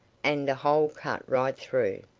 and a hole cut right through.